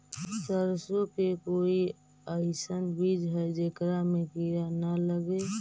सरसों के कोई एइसन बिज है जेकरा में किड़ा न लगे?